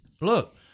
look